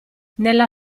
nella